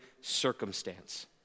circumstance